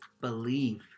believe